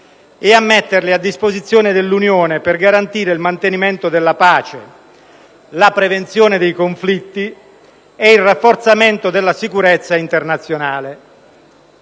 e a metterle a disposizione dell'Unione, per garantire il mantenimento della pace, la prevenzione dei conflitti e il rafforzamento della sicurezza internazionale.